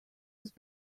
was